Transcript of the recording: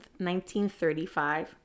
1935